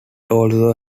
also